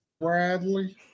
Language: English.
Bradley